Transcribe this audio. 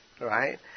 Right